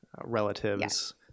relatives